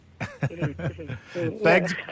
Thanks